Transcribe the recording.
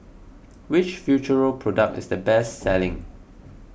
which Futuro product is the best selling